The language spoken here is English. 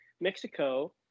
Mexico